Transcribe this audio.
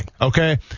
okay